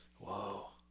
whoa